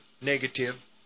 negative